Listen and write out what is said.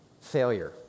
failure